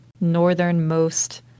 northernmost